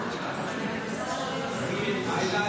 עאידה,